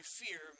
fear